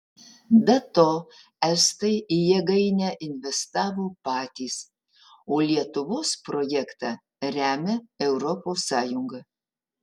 be to estai į jėgainę investavo patys o lietuvos projektą remia europos sąjunga